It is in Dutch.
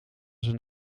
zijn